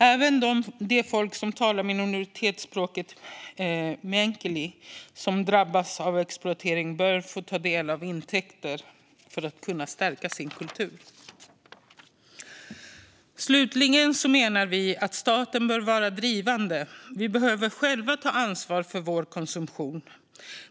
Även de folk som talar minoritetsspråket meänkieli som har drabbats av exploatering bör få ta del av intäkter för att kunna stärka sin kultur. Slutligen menar vi att staten bör vara drivande. Vi behöver själva ta ansvar för vår konsumtion.